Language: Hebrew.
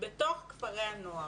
בתוך כפרי הנוער.